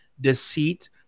deceit